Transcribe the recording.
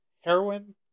heroin